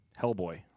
Hellboy